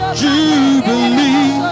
jubilee